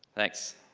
thanks.